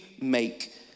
make